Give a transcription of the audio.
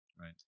Right